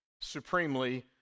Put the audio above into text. supremely